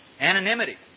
Anonymity